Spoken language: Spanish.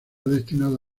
destinada